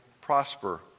prosper